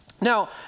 Now